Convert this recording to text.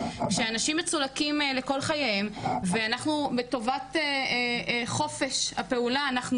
כשאנשים מצולקים לכל חייהם ולטובת חופש הפעולה אנחנו